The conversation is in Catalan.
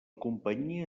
companyia